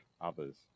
others